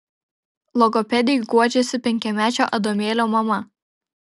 logopedei guodžiasi penkiamečio adomėlio mama